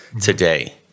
today